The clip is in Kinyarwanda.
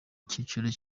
cyiciro